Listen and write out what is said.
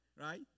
Right